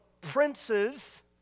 princes